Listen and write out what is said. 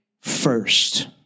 first